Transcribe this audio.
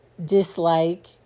dislike